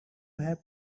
have